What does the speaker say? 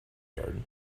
yard